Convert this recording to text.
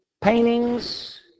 paintings